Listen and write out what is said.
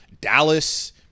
Dallas